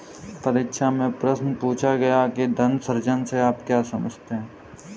परीक्षा में प्रश्न पूछा गया कि धन सृजन से आप क्या समझते हैं?